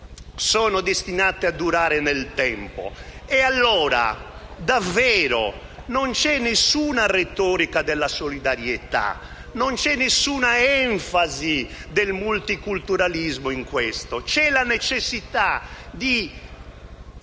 sono destinate a durare nel tempo. E allora, davvero, non c'è nessuna retorica della solidarietà, non c'è nessuna enfasi del multiculturalismo in questo. C'è la necessità di